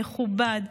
מכובד,